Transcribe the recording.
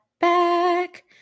back